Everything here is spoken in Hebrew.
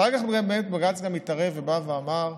אחר כך בג"ץ גם התערב ובא ואמר: